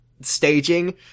staging